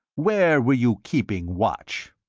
where were you keeping watch?